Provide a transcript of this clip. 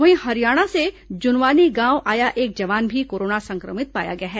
वहीं हरियाणा से जुनवानी गांव आया एक जवान भी कोरोना संक्रमित पाया गया है